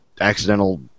accidental